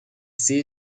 sehe